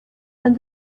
and